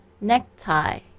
Necktie